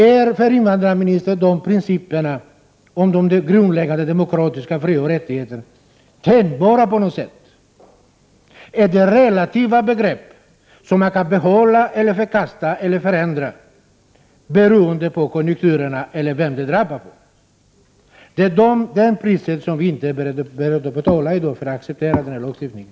Är principerna om de grundläggande demokratiska frioch rättigheterna tänjbara på något sätt för invandrarministern? Är det relativa begrepp som man kan behålla, förkasta eller förändra, beroende på konjunkturerna eller på vem det drabbar? Det priset för att i dag acceptera den här lagstiftningen är vi inte beredda att betala!